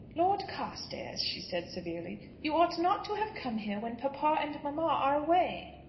lord carstairs, she said, severely, you ought not to have come here when papa and mamma are away.